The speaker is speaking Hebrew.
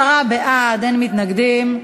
עשרה בעד, אין מתנגדים.